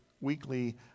weekly